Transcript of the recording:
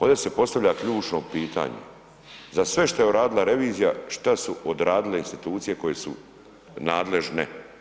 Ovdje se postavlja ključno pitanje, za sve što je uradila revizija, što su odradile institucije koje su nadležne?